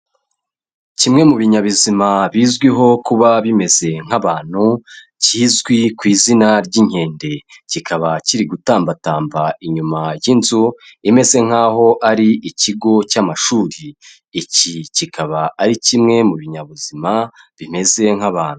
Kimwe mu binyabizima bizwiho kuba bimeze nk'abantu kizwi ku izina ry'inkende, kikaba kiri gutambatamba inyuma y'inzu imeze nkaho ari ikigo cy'amashuri, iki kikaba ari kimwe mu binyabuzima bimeze nk'abantu.